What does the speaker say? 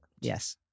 Yes